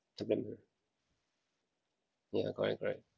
supplem~ ya correct correct